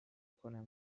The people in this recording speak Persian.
کنم